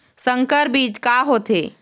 संकर बीज का होथे?